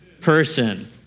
person